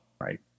Right